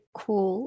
cool